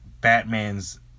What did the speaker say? Batman's